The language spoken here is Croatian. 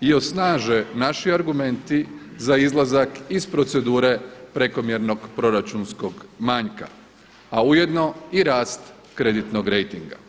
i osnaže naši argumenti za izlazak iz procedure prekomjernog proračunskog manjka, a ujedno i rast kreditnog rejtinga.